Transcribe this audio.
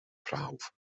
prawf